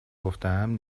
گفتهام